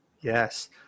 Yes